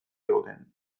egoten